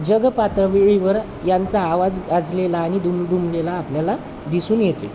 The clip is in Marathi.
जगपातळीवर यांचा आवाज गाजलेला आणि दुमदुमलेला आपल्याला दिसून येतील